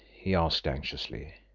he asked anxiously.